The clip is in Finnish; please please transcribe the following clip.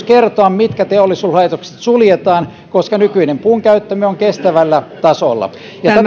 kertoa mitkä teollisuuslaitokset suljetaan koska nykyinen puun käyttömme on kestävällä tasolla ja ja